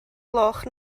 gloch